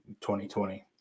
2020